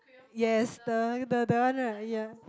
yes the the the one right ya